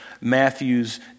Matthew's